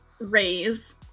raise